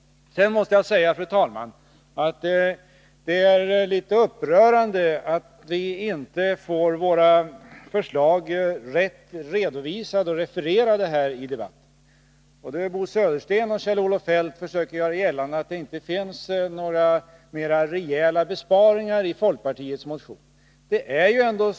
Sedan måste jag säga, fru talman, att det är litet upprörande att vi inte får våra förslag rätt redovisade och refererade i debatten. Både Bo Södersten och Kjell-Olof Feldt försöker göra gällande att det inte finns några rejäla besparingar i folkpartiets motioner.